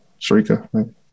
Sharika